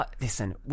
listen